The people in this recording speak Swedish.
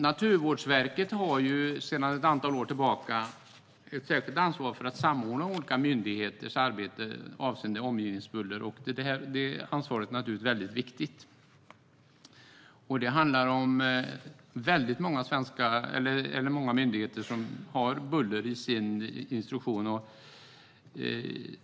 Naturvårdsverket har sedan ett antal år tillbaka ett särskilt ansvar för att samordna olika myndigheters arbete avseende omgivningsbuller, och det ansvaret är naturligtvis väldigt viktigt. Det handlar om väldigt många myndigheter som har buller i sin instruktion.